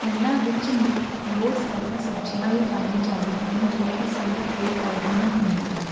ਇਹਨਾਂ ਵਿੱਚ ਬਹੁਤ ਸਾਰੀਆਂ ਸਬਜ਼ੀਆਂ ਵੀ ਪਾਈਆਂ ਜਾਂਦੀਆਂ ਹਨ ਜੋ ਕਿ ਸਿਹਤ ਲਈ ਫ਼ਾਇਦੇਮੰਦ ਹੁੰਦੀਆਂ ਹਨ